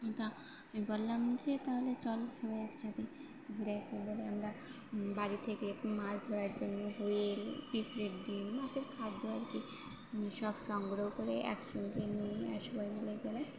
তা আমি বললাম যে তাহলে চল সবাই একসাথে ঘুরে আসি বলে আমরা বাড়ি থেকে মাছ ধরার জন্য হুইল পিঁপড়ের ডিম মাছের খাদ্য আর কি সব সংগ্রহ করে একসঙ্গে নিয়ে আর সবাই মিলে গেলে